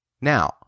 Now